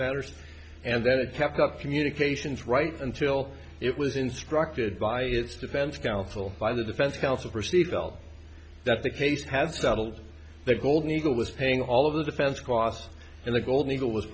matters and then it kept up communications right until it was instructed by its defense counsel by the defense counsel for seat belt that the case has doubled the golden eagle was paying all of the defense costs and the golden eagle was